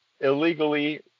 Illegally